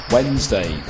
Wednesday